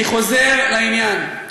אני חוזר לעניין.